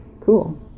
Cool